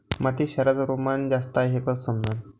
मातीत क्षाराचं प्रमान जास्त हाये हे कस समजन?